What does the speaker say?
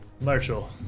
Marshall